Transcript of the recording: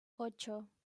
ocho